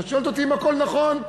את שואלת אותי אם הכול נכון,